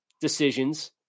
decisions